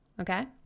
Okay